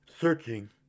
Searching